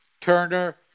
Turner